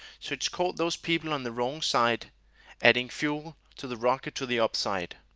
so it caught those people on the wrong side adding fuel to the rocket to the upside.